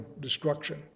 destruction